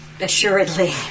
assuredly